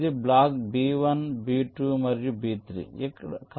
ఇది block B 1 B 2 మరియు B 3